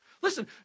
Listen